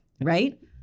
right